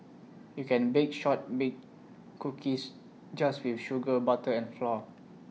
you can bake Shortbread Cookies just with sugar butter and flour